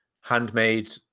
handmade